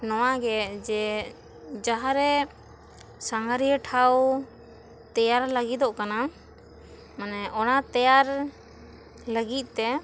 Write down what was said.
ᱱᱚᱣᱟ ᱜᱮ ᱡᱮ ᱡᱟᱦᱟᱸ ᱨᱮ ᱥᱟᱸᱜᱷᱟᱨᱤᱭᱟᱹ ᱴᱷᱟᱶ ᱛᱮᱭᱟᱨ ᱞᱟᱹᱜᱤᱫᱚᱜ ᱠᱟᱱᱟ ᱢᱟᱱᱮ ᱚᱱᱟ ᱛᱮᱭᱟᱨ ᱞᱟᱹᱜᱤᱫ ᱛᱮ